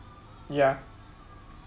ya